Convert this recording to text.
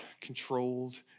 controlled